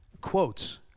Quotes